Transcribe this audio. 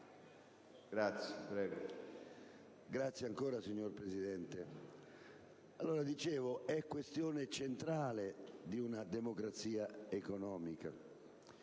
Grazie